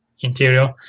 interior